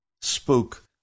spoke